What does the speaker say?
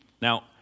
Now